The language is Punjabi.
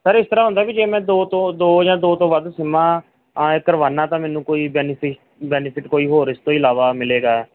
ਸਰ ਇਸ ਤਰ੍ਹਾਂ ਹੁੰਦਾ ਵੀ ਜੇ ਮੈਂ ਦੋ ਤੋਂ ਦੋ ਜਾਂ ਦੋ ਤੋਂ ਵੱਧ ਸਿੰਮਾਂ ਐਂ ਕਰਵਾਉਂਦਾ ਤਾਂ ਮੈਨੂੰ ਕੋਈ ਬੈਨੀਫ ਬੈਨੀਫਿਟ ਕੋਈ ਹੋਰ ਇਸ ਤੋਂ ਇਲਾਵਾ ਮਿਲੇਗਾ